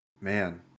Man